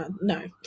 no